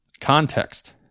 context